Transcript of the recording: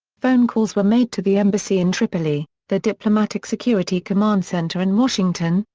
phone calls were made to the embassy in tripoli, the diplomatic security command center in washington,